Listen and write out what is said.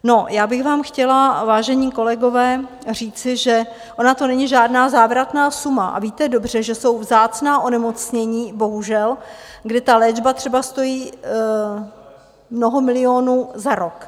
No já bych vám chtěla, vážení kolegové, říci, že ona to není závratná suma, a víte dobře, že jsou vzácná onemocnění, bohužel, kde ta léčba třeba stojí mnoho milionů za rok.